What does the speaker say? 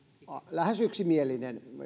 lähes yksimielinen